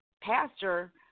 pastor